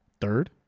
Third